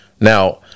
now